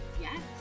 yes